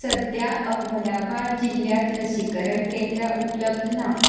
सद्या अहमदाबाद जिल्ल्यात लसीकरण केंद्रां उपलब्ध ना